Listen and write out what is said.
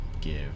give